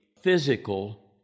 physical